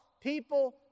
people